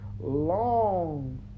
long